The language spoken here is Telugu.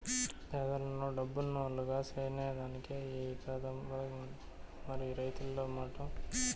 పేదలను డబ్బునోల్లుగ సేసేదానికే ఈ పదకమట, మరి రైతుల మాటో